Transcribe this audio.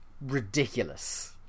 ridiculous